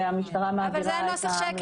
שהמשטרה מעבירה את ה -- וזה הנוסח שהיא